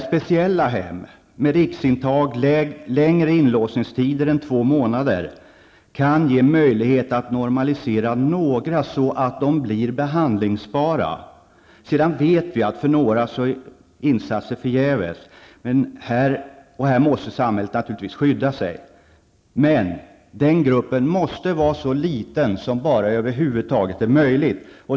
Speciella hem med riksintag och längre inlåsningstider än två månader kan ge möjlighet att normalisera några, så att de blir behandlingsbara. Vi vet att för vissa är insatserna förgäves. Här måste samhället naturligtvis skyddas. Men den gruppen måste bli så liten som det över huvud taget är möjligt.